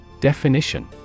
Definition